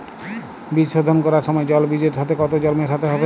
বীজ শোধন করার সময় জল বীজের সাথে কতো জল মেশাতে হবে?